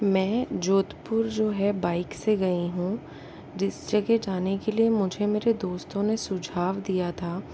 मैं जोधपुर जो है बाइक से गई हूँ जिससे के जाने के लिए मुझे मेरे दोस्तों ने सुझाव दिया था